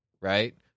right